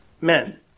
Men